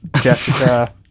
Jessica